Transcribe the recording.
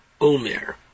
Omer